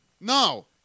No